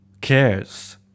cares